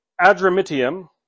Adramitium